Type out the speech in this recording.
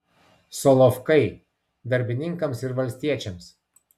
solovkai darbininkams ir valstiečiams